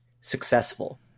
successful